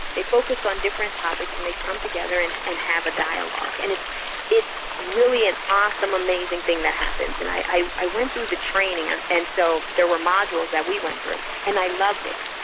they focus on different topics and they come together and and have a dialogue. and it's it's really an awesome amazing thing that happens. and i i went through the training and so there were modules that we went through, and i loved it.